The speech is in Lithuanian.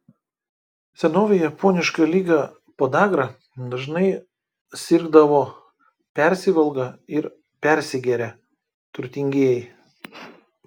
senovėje poniška liga podagra dažnai sirgdavo persivalgą ir persigerią turtingieji